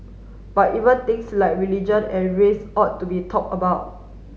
but even things like religion and race ought to be talked about